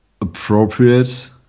appropriate